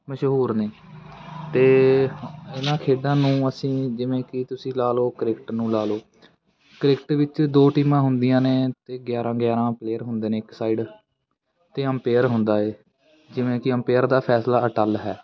ਮਸ਼ਹੂਰ ਨੇ ਅਤੇ ਇਹਨਾਂ ਖੇਡਾਂ ਨੂੰ ਅਸੀਂ ਜਿਵੇਂ ਕਿ ਤੁਸੀਂ ਲਾ ਲਉ ਕ੍ਰਿਕਟ ਨੂੰ ਲਾ ਲਉ ਕ੍ਰਿਕਟ ਵਿੱਚ ਦੋ ਟੀਮਾਂ ਹੁੰਦੀਆਂ ਨੇ ਅਤੇ ਗਿਆਰ੍ਹਾਂ ਗਿਆਰ੍ਹਾਂ ਪਲੇਅਰ ਹੁੰਦੇ ਨੇ ਇੱਕ ਸਾਈਡ ਅਤੇ ਅੰਪੇਅਰ ਹੁੰਦਾ ਏ ਜਿਵੇਂ ਕਿ ਅੰਪੇਅਰ ਦਾ ਫੈਸਲਾ ਅਟੱਲ ਹੈ